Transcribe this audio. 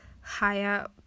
higher